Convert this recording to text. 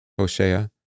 O'Shea